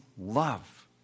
love